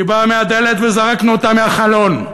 היא באה מהדלת, וזרקנו אותה מהחלון,